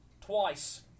Twice